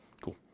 Cool